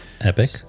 Epic